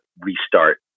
restart